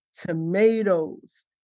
tomatoes